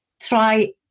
try